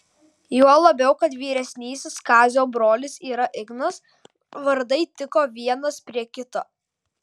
juo labiau kad vyresnis kazio brolis yra ignas vardai tiko vienas prie kito